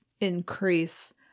increase